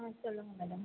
ஆ சொல்லுங்கள் மேடம்